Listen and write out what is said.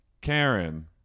karen